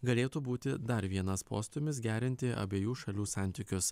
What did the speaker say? galėtų būti dar vienas postūmis gerinti abiejų šalių santykius